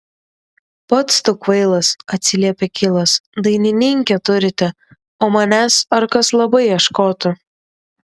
pats tu kvailas atsiliepė kilas dainininkę turite o manęs ar kas labai ieškotų